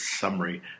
summary